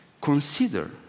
Consider